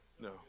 No